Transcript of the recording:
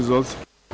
Izvolite.